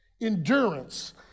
Endurance